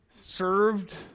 served